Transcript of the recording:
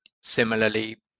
similarly